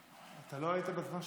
לא היית בזמן שאנחנו,